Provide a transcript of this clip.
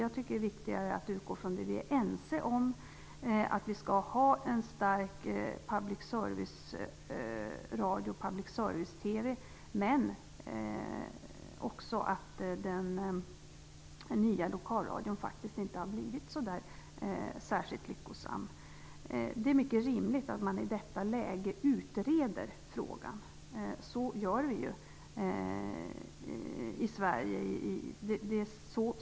Jag tycker att det är viktigare att utgå från det vi är ense om, nämligen att vi skall ha en stark public service-radio och en stark public service-TV och att den nya lokalradion faktiskt inte har blivit särskilt lyckosam. Det är mycket rimligt att man i detta läge utreder frågan. Det gör vi ju i Sverige.